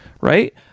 right